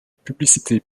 publicités